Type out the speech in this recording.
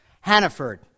Hannaford